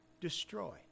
destroy